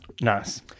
Nice